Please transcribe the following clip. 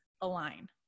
align